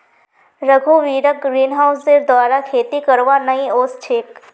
रघुवीरक ग्रीनहाउसेर द्वारा खेती करवा नइ ओस छेक